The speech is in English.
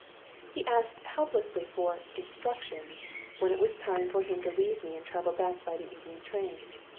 he asked helplessly for instructions when it was time for him to leave me and travel back by the evening train.